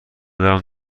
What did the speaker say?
دارم